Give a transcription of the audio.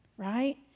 Right